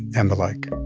and the like